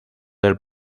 del